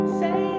say